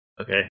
Okay